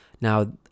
Now